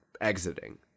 exiting